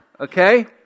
Okay